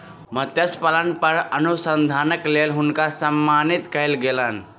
मत्स्य पालन पर अनुसंधानक लेल हुनका सम्मानित कयल गेलैन